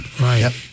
Right